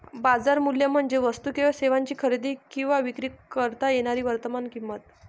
बाजार मूल्य म्हणजे वस्तू किंवा सेवांची खरेदी किंवा विक्री करता येणारी वर्तमान किंमत